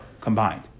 combined